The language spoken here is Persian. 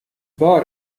بار